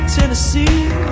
Tennessee